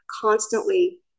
constantly